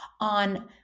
on